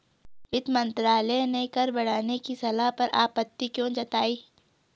वित्त मंत्रालय ने कर बढ़ाने की सलाह पर आपत्ति क्यों जताई?